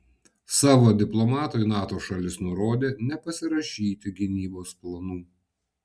savo diplomatui nato šalis nurodė nepasirašyti gynybos planų